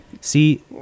See